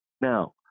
Now